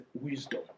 wisdom